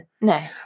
No